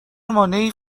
مانعی